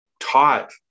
taught